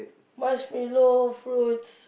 marshmallow fruits